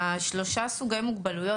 שלושה סוגי מוגבלויות,